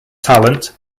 talent